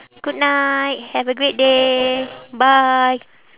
good night have a great day bye